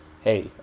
hey